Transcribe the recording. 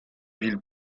ville